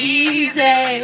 easy